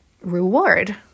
reward